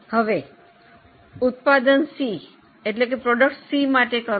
હવે ઉત્પાદન સી માટે કરો